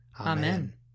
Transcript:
Amen